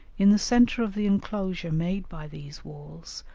in the centre of the enclosure made by these walls,